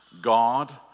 God